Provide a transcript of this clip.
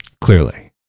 clearly